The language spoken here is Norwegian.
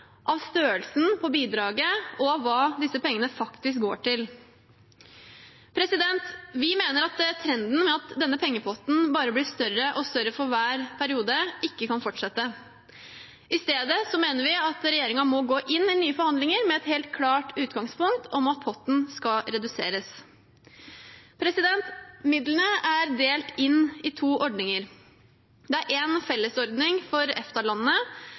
av størrelsen på bidraget og av hva disse pengene faktisk går til. Vi mener at trenden med at denne pengepotten bare blir større og større for hver periode, ikke kan fortsette. I stedet mener vi at regjeringen må gå inn i nye forhandlinger med et helt klart utgangspunkt om at potten skal reduseres. Midlene er delt inn i to ordninger. Det er én fellesordning for